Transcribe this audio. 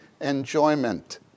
Enjoyment